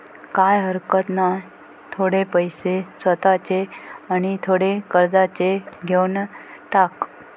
काय हरकत नाय, थोडे पैशे स्वतःचे आणि थोडे कर्जाचे घेवन टाक